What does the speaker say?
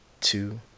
two